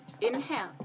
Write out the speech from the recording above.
Inhale